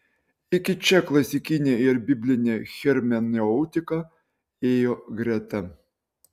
iki čia klasikinė ir biblinė hermeneutika ėjo greta